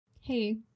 Hey